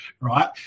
right